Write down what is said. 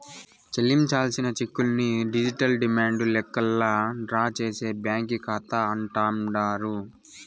చెల్లించాల్సిన చెక్కుల్ని digital demand లెక్కల్లా డ్రా చేసే బ్యాంకీ కాతా అంటాండారు